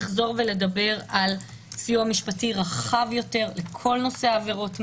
לחזור ולדבר על סיוע משפטי רחב יותר לכל נושא עבירות מין,